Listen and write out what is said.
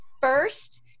first